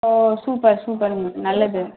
ஓ super சூப்பருங்க madam நல்லது